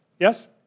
Yes